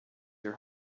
your